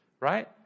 Right